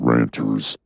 Ranters